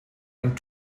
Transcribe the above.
ein